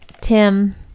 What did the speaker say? Tim